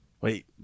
Wait